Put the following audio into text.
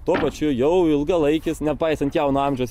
tuo pačiu jau ilgalaikis nepaisant jauno amžiaus